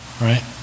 Right